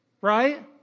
Right